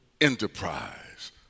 enterprise